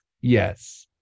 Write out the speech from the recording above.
Yes